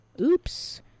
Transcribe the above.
oops